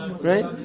right